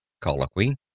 Colloquy